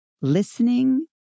listening